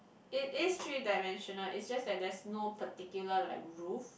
it is three dimensional is just that there's no particular like roof